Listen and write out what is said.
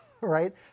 right